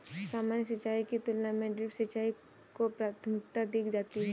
सामान्य सिंचाई की तुलना में ड्रिप सिंचाई को प्राथमिकता दी जाती है